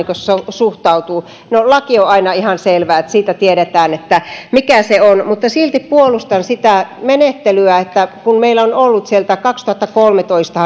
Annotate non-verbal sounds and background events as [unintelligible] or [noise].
suhtautuu siihen no laki on aina ihan selvä siitä tiedetään mikä se on mutta silti puolustan sitä menettelyä kun kaksituhattakolmetoista [unintelligible]